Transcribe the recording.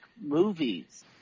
movies